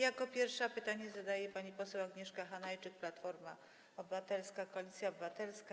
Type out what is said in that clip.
Jako pierwsza pytanie zadaje pani poseł Agnieszka Hanajczyk, Platforma Obywatelska - Koalicja Obywatelska.